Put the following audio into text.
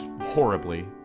horribly